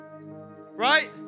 right